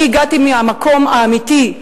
אני הגעתי מהמקום האמיתי,